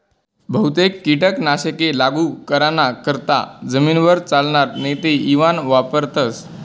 बहुतेक कीटक नाशके लागू कराना करता जमीनवर चालनार नेते इवान वापरथस